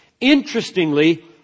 Interestingly